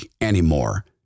anymore